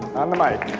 on the mic